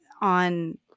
on –